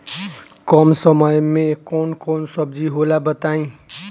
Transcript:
कम समय में कौन कौन सब्जी होला बताई?